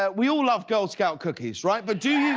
ah we all love girl scout cookies right? but do yeah